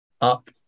up